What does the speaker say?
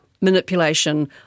manipulation